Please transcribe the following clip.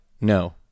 no